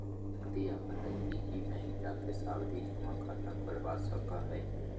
व्यक्ति अपन नजदीकी बैंक जाके सावधि जमा खाता खोलवा सको हय